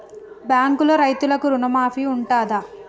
బ్యాంకులో రైతులకు రుణమాఫీ ఉంటదా?